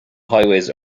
highways